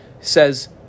Says